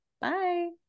Bye